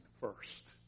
first